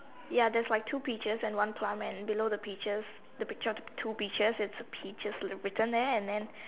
ya there's like two peaches and one plum and below the peaches the picture of the two peaches is peaches written there and then